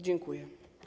Dziękuję.